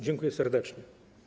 Dziękuję serdecznie.